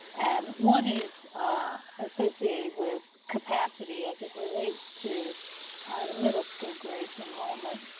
and one is associated with capacity as it relates to ah the middle school grades enrollment.